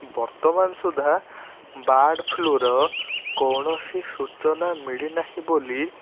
ବର୍ତ୍ତମାନ ସୁଧା ବାର୍ଡଫ୍ଲୁର କୌଣସି ସୂଚନା ମିଳିନାହିଁ ବୋଲି